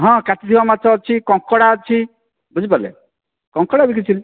ହଁ କାତି ଦେହ ମାଛ ଅଛି କଙ୍କଡ଼ା ଅଛି ବୁଝିପାରିଲେ କଙ୍କଡ଼ା ବି କିଛି